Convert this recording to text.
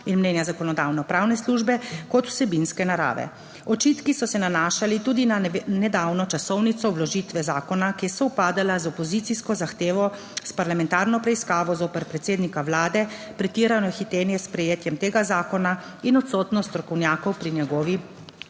in mnenja Zakonodajno-pravne službe, kot vsebinske narave. Očitki so se nanašali tudi na nedavno časovnico vložitve zakona, ki je sovpadala z opozicijsko zahtevo s parlamentarno preiskavo zoper predsednika vlade, pretirano hitenje s sprejetjem tega zakona in odsotnost strokovnjakov pri njegovi